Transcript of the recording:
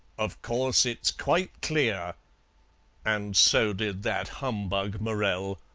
of course it's quite clear and so did that humbug morell.